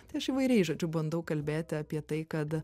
tai aš įvairiai žodžiu bandau kalbėti apie tai kad